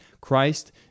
Christ